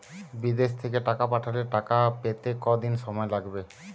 বিদেশ থেকে টাকা পাঠালে টাকা পেতে কদিন সময় লাগবে?